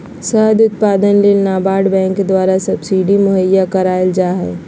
शहद उत्पादन ले नाबार्ड बैंक द्वारा सब्सिडी मुहैया कराल जा हय